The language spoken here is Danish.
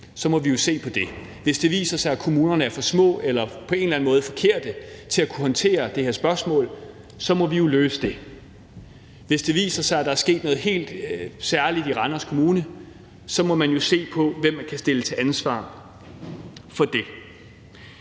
Så må vi jo se på det. Hvis det viser sig, at kommunerne er for små eller på en eller anden måde forkerte til at kunne håndtere det her spørgsmål, må vi jo løse det. Hvis det viser, at der er sket noget helt særligt i Randers Kommune, må man jo se på, hvem man kan stille til ansvar for det.